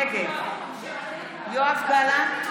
נגד יואב גלנט,